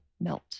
melt